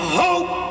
hope